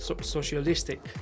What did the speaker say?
socialistic